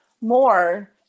more